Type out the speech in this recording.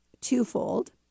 twofold